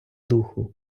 духу